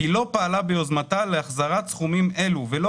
היא לא פעלה ביוזמתה להחזרת סכומים אלו ולא